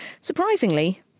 Surprisingly